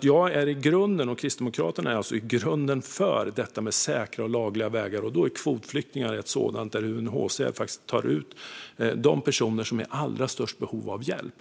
Jag och Kristdemokraterna är i grunden för säkra och lagliga vägar, och då är kvotflyktingar en sådan, där UNHCR tar ut de personer som är i allra störst behov av hjälp.